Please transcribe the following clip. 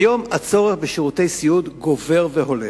היום הצורך בשירותי סיעוד גובר והולך.